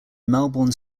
melbourne